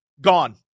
gone